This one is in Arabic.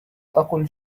تقل